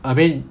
I mean